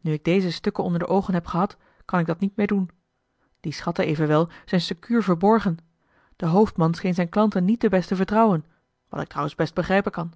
nu ik deze stukken onder de oogen heb gehad kan ik dat niet meer doen die schatten evenwel zijn secuur verborgen de hoofdman scheen zijn klanten niet te best te vertrouwen wat ik trouwens best begrijpen kan